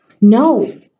No